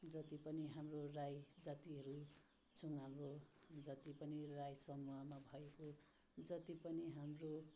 जति पनि हाम्रो राई जातिहरू छौँ हाम्रो जति पनि राई समूहमा भएको जति पनि हाम्रो